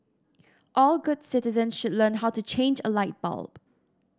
all good citizens should learn how to change a light bulb